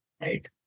right